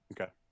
Okay